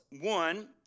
One